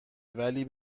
ولی